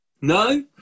No